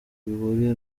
bihuriye